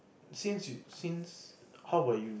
since since how about you